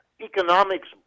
economics